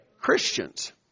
Christians